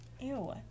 Ew